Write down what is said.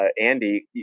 Andy